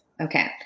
Okay